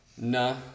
No